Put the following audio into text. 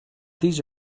these